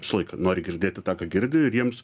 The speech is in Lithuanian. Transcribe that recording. visą laiką nori girdėti tą ką girdi ir jiems